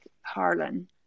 Harlan